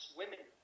women